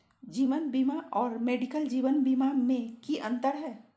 जीवन बीमा और मेडिकल जीवन बीमा में की अंतर है?